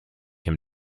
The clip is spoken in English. him